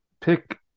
pick